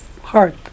heart